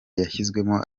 yashyizwemo